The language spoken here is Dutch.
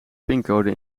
pincode